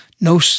No